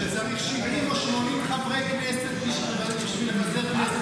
שצריך 70 או 80 חברי כנסת כדי לפזר כנסת.